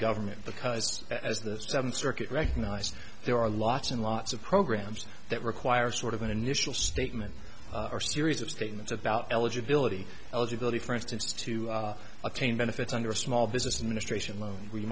government because as the seventh circuit recognized there are lots and lots of programs that require sort of an initial statement or series of statements about eligibility eligibility for instance to attain benefits under a small business administration loan we